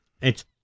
It's-